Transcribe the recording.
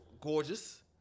gorgeous